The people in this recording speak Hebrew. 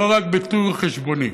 לא רק בטור חשבוני.